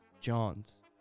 Johns